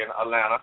Atlanta